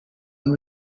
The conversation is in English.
and